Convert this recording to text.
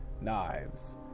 knives